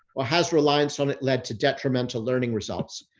or has reliance on it led to detrimental learning results?